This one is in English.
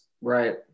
right